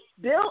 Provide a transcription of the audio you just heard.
Bill